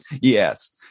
Yes